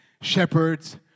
Shepherds